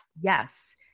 Yes